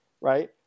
right